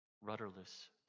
rudderless